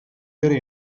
their